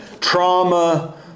Trauma